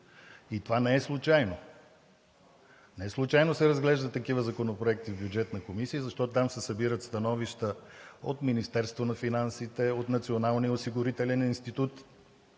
и това не е случайно. Неслучайно се разглеждат такива законопроекти в Бюджетна комисия, защото там се събират становища от Министерството на финансите, от Националния осигурителен институт